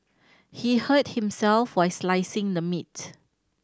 he hurt himself while slicing the meat